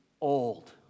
old